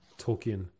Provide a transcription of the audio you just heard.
Tolkien